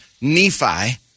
Nephi